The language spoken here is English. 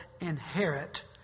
Inherit